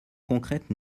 concrète